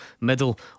middle